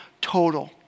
total